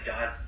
God